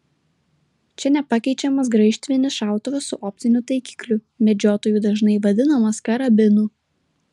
čia nepakeičiamas graižtvinis šautuvas su optiniu taikikliu medžiotojų dažnai vadinamas karabinu